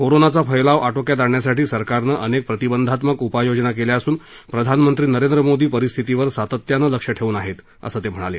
कोरोनाचा पै लाव आ ोक्यात आणण्यासाठी सरकारनं अनेक प्रतिबंधात्मक उपायोजना केल्या असून प्रधानमंत्री नरेंद्र मोदी परिस्थितीवर सातत्यानं लक्ष ठेवून आहेत असं ते म्हणाले